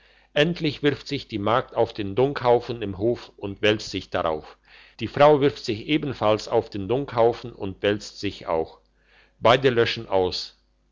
endlich wirft sich die magd auf den dunghaufen im hof und wälzt sich darauf die frau wirft sich ebenfalls auf den dunghaufen und wälzt sich auch beide löschten aus